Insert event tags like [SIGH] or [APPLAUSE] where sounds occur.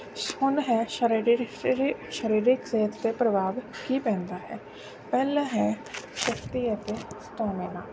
ਹੁਣ ਹੈ ਸਰੀਰਕ [UNINTELLIGIBLE] ਸਰੀਰਕ ਸਿਹਤ 'ਤੇ ਪ੍ਰਭਾਵ ਕੀ ਪੈਂਦਾ ਹੈ ਪਹਿਲਾ ਹੈ ਸਕਤੀ ਅਤੇ ਸਟੈਮੀਨਾ